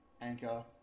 Anchor